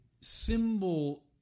symbol